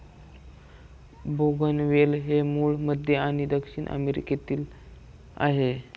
बोगनवेल हे मूळ मध्य आणि दक्षिण अमेरिकेतील आहे